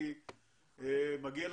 הגענו